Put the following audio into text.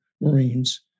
Marines